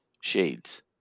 Shades